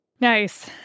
Nice